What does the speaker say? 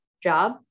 job